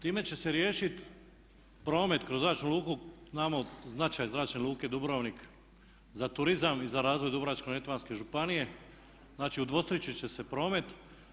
Time će se riješit promet kroz zračnu luku, znamo značaj Zračne luke Dubrovnik za turizam i za razvoj Dubrovačko-neretvanske županije, znači udvostručit će se promet.